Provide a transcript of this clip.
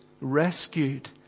rescued